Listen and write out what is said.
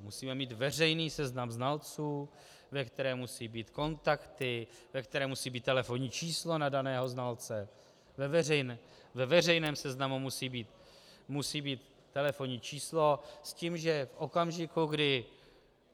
Musíme mít veřejný seznam znalců, ve kterém musí být kontakty, ve kterém musí být telefonní číslo na daného znalce, ve veřejném seznamu musí být telefonní číslo s tím, že v okamžiku, kdy